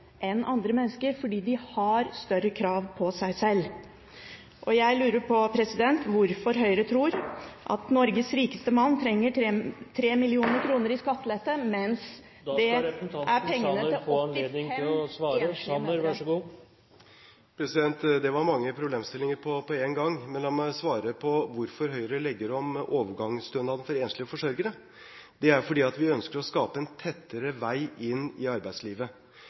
andre mennesker, fordi de har større krav på seg. Jeg lurer på hvorfor Høyre tror at Norges rikeste mann trenger 3 mill. kr i skattelette, mens Da skal representanten Sanner få anledning til å svare. Det var mange problemstillinger på en gang. La meg svare på hvorfor Høyre legger om overgangsstønaden til enslige forsørgere. Det er fordi vi ønsker å skape en tettere vei inn i arbeidslivet.